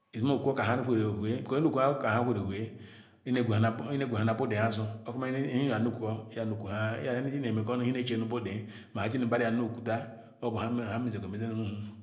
izima neh ekwu ohazh hanu nwere ewehu E-neh gweyari-ag nbuko nhia neh kuto nye ne ku anything inemeko ine chenu bu ndui make gini badu mah kuta obu ham meze gi emeze nu- hu